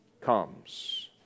comes